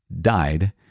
died